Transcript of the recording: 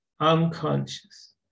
unconscious